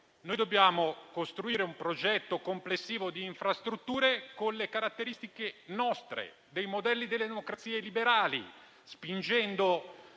dobbiamo invece costruire un progetto complessivo di infrastrutture con le nostre caratteristiche, tipiche dei modelli delle democrazie liberali, spingendo